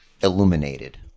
illuminated